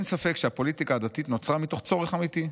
"אין ספק שהפוליטיקה הדתית נוצרה מתוך צורך אמיתי.